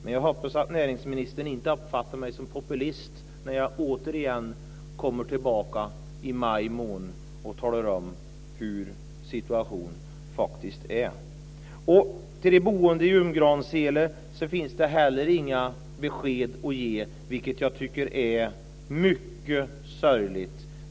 Men jag hoppas att näringsministern inte uppfattar mig som populist när jag återigen kommer tillbaka i maj månad och talar om hur situationen faktiskt är. Till de boende i Umgransele finns det heller inga besked att ge, vilket jag tycker är mycket sorgligt.